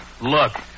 Look